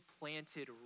planted